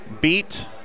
beat